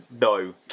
No